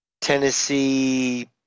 Tennessee